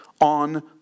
on